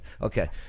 Okay